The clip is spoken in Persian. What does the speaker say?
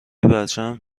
بچم